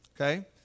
okay